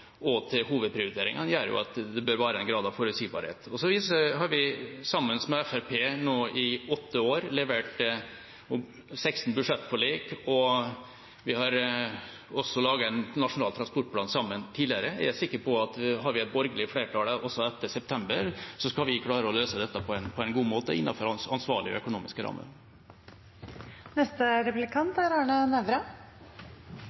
til hovedprioriteringene, gjør at det bør være en grad av forutsigbarhet. Så har vi sammen med Fremskrittspartiet nå i åtte år levert seksten budsjettforlik, og vi har også laget en nasjonal transportplan sammen tidligere. Jeg er sikker på at har vi et borgerlig flertall også etter september, skal vi klare å løse dette på en god måte innenfor ansvarlige økonomiske